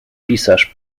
pisarz